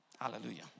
Hallelujah